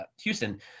Houston